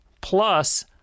plus